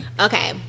okay